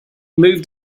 moved